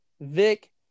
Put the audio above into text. Vic